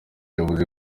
yavuze